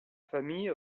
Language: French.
famille